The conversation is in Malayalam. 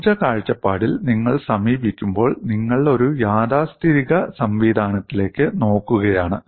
ഊർജ്ജ കാഴ്ചപ്പാടിൽ നിങ്ങൾ സമീപിക്കുമ്പോൾ നിങ്ങൾ ഒരു യാഥാസ്ഥിതിക സംവിധാനത്തിലേക്ക് നോക്കുകയാണ്